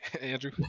Andrew